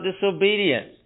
disobedience